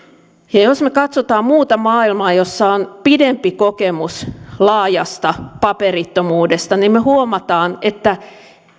ja jos me me katsomme muuta maailmaa missä on pidempi kokemus laajasta paperittomuudesta niin me huomaamme että